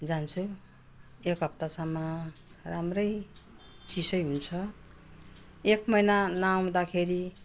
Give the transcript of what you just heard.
एक हप्तासम्म राम्रै चिसै हुन्छ एक महिना नआउँदाखेरि